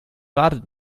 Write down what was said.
wartet